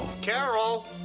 Carol